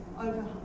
over